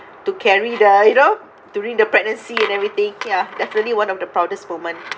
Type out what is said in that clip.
to carry the you know during the pregnancy and everything ya definitely one of the proudest moment